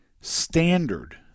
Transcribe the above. standard